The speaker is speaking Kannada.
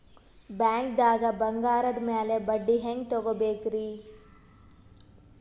ಬ್ಯಾಂಕ್ದಾಗ ಬಂಗಾರದ್ ಮ್ಯಾಲ್ ಬಡ್ಡಿ ಹೆಂಗ್ ತಗೋಬೇಕ್ರಿ?